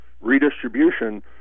redistribution